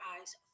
eyes